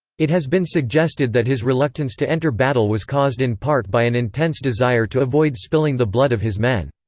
it has been suggested that his reluctance to enter battle was caused in part by an intense desire to avoid spilling the blood of his men.